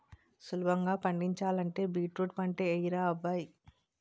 సులభంగా పండించాలంటే బీట్రూట్ పంటే యెయ్యరా అబ్బాయ్